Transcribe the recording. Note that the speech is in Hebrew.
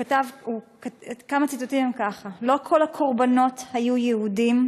כמה ציטוטים: לא כל הקורבנות היו יהודים,